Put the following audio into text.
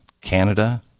Canada